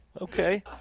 okay